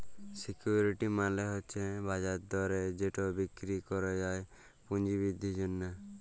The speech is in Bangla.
সিকিউরিটি মালে হছে বাজার দরে যেট বিক্কিরি ক্যরা যায় পুঁজি বিদ্ধির জ্যনহে